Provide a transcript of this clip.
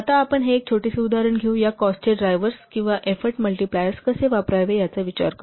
आता आपण हे एक छोटेसे उदाहरण घेऊ या कॉस्ट ड्रायव्हर्स किंवा एफोर्ट मल्टीप्लायर्स कसे वापरावे याचा विचार करू